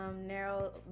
narrow